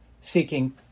seeking